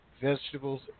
vegetables